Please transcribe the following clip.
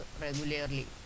regularly